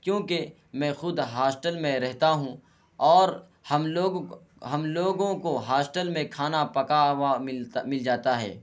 کیوںکہ میں خود ہاسٹل میں رہتا ہوں اور ہم لوگ ہم لوگوں کو ہاسٹل میں کھانا پکا ہوا ملتا مل جاتا ہے